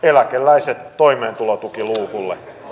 eläkeläiset toimeentulotukiluukulle